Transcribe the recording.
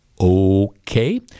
Okay